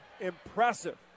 impressive